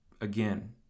Again